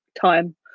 time